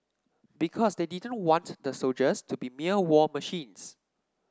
because they didn't want the soldiers to be mere war machines